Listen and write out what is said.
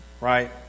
right